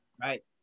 Right